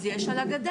אז יש על הגדר.